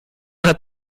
hat